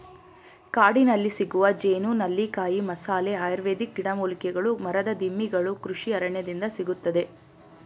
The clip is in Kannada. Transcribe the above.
ಕಾಡಿನಲ್ಲಿಸಿಗುವ ಜೇನು, ನೆಲ್ಲಿಕಾಯಿ, ಮಸಾಲೆ, ಆಯುರ್ವೇದಿಕ್ ಗಿಡಮೂಲಿಕೆಗಳು ಮರದ ದಿಮ್ಮಿಗಳು ಕೃಷಿ ಅರಣ್ಯದಿಂದ ಸಿಗುತ್ತದೆ